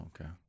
okay